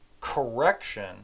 correction